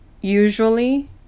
usually